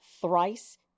thrice